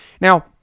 Now